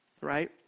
right